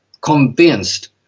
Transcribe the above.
convinced